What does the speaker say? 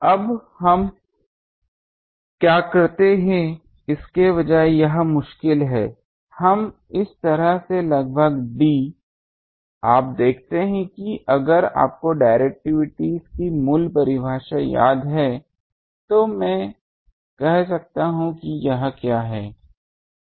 अब हम क्या करते हैं इसके बजाय यह मुश्किल है हम इस तरह से लगभग d आप देखते हैं कि अगर आपको डिरेक्टिविटी की मूल परिभाषा याद है तो मैं कह सकता हूं कि यह क्या है